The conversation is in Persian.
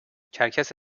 کرکس